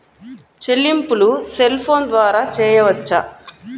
చెల్లింపులు cell phone ద్వారా చేయవచ్చా?